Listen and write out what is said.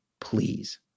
Please